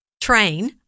train